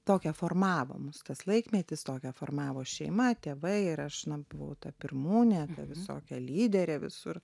tokią formavo mus tas laikmetis tokią formavo šeima tėvai ir aš na buvau ta pirmūnė visokia lyderė visur